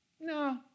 no